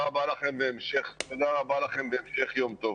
לכם והמשך יום טוב.